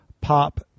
pop